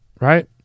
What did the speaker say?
right